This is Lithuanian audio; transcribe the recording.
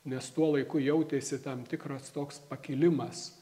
nes tuo laiku jautėsi tam tikras toks pakilimas